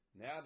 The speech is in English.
Now